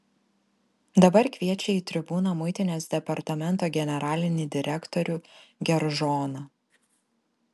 dabar kviečia į tribūną muitinės departamento generalinį direktorių geržoną